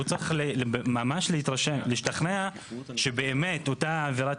הוא צריך ממש להשתכנע שבאמת אותה עבירת